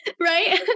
right